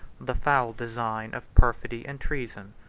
the foul design of perfidy and treason.